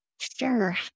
Sure